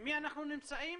עם מי אנחנו נמצאים?